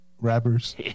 Rappers